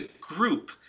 group